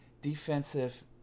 defensive